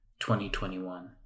2021